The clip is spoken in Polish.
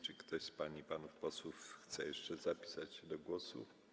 Czy ktoś z pan i panów posłów chce jeszcze zapisać się do głosu?